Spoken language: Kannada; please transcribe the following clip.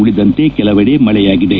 ಉಳಿದಂತೆ ಕೆಲವೆಡೆ ಮಳೆಯಾಗಿದೆ